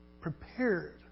prepared